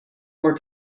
more